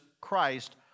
Christ